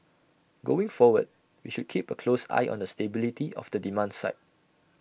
going forward we should keep A close eye on the stability of the demand side